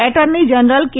attorney general કે